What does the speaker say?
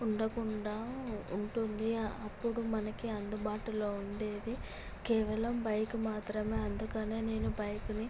ఉండకుండా ఉంటుంది అప్పుడు మనకి అందుబాటలో ఉండేది కేవలం బైకు మాత్రమే అందుకనే నేను బైకుని